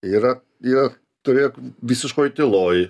yra yra turėk visiškoj tyloj